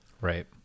right